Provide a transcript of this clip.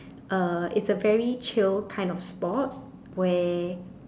uh it's a very chill kind of sport where